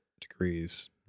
degrees